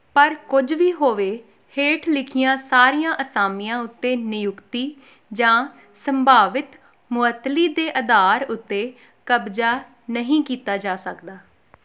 ਪਰ ਕੁਝ ਵੀ ਹੋਵੇ ਹੇਠ ਲਿਖੀਆਂ ਸਾਰੀਆਂ ਅਸਾਮੀਆਂ ਉੱਤੇ ਨਿਯੁਕਤੀ ਜਾਂ ਸੰਭਾਵਿਤ ਮੁਅੱਤਲੀ ਦੇ ਅਧਾਰ ਉੱਤੇ ਕਬਜ਼ਾ ਨਹੀਂ ਕੀਤਾ ਜਾ ਸਕਦਾ